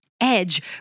edge